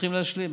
צריכים להשלים.